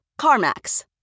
CarMax